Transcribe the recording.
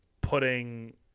putting